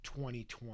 2020